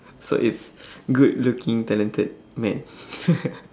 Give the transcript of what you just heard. so it's good looking talented man